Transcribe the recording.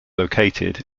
located